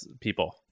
people